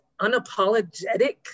unapologetic